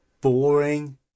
boring